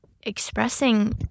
expressing